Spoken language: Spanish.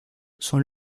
son